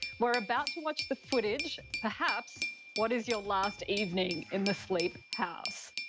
we're about to watch the footage perhaps what is your last evening in the sleep house.